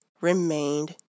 remained